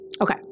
Okay